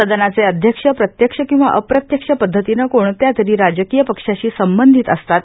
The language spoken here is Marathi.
सदनाचे अध्यक्षेण प्रत्यक्ष किंवा अप्रत्यक्ष पद्धतीनं क्रेणत्यातरी राजकीय पक्षाशी संबंधित असतात